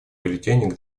бюллетенях